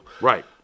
Right